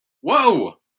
Whoa